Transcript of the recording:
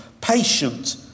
patient